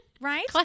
Right